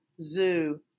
zoo